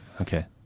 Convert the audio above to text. Okay